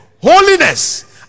Holiness